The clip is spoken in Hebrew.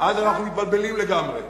אז אנחנו מתבלבלים לגמרי.